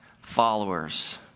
followers